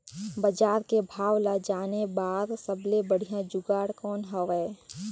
बजार के भाव ला जाने बार सबले बढ़िया जुगाड़ कौन हवय?